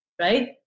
Right